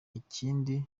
ikindi